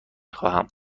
خواهم